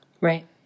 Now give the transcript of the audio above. Right